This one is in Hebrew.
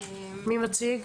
שלום